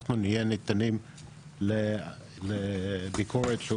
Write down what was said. אנחנו נהיה נתונים לביקורת של